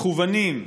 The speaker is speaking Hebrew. מכוונים,